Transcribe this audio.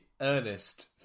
earnest